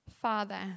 Father